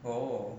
orh